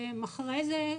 אחרי זה,